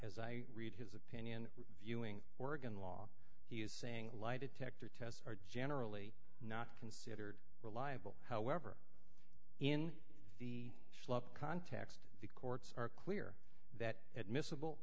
as i read his opinion reviewing oregon law he is saying a lie detector tests are generally not considered reliable however in the schlock context the courts are clear that admissible